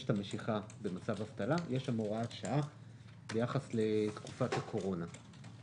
יש את המשיכה במצב אבטלה ויש הוראת השעה ביחס לתקופת הקורונה.